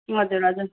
हजुर हजुर